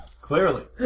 Clearly